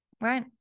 right